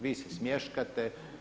Vi se smješkate.